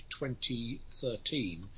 2013